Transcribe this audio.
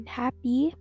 happy